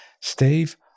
Steve